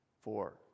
four